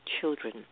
children